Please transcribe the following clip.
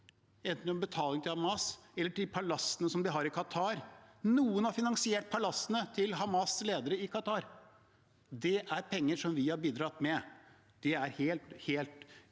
enten man betaler til Hamas eller til palassene de har i Qatar. Noen har finansiert palassene til Hamas’ ledere i Qatar. Det er penger vi har bidratt med, det er helt umulig